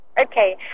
Okay